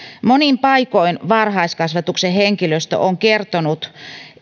monin paikoin varhaiskasvatuksen henkilöstö on kertonut